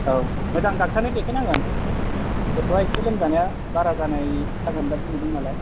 औ मोजां दाखथारनो देखाय नांगोन गथ'आ एसे लोमजानाया बारा जानाय बारा जागोन बायदि नुदों नालाय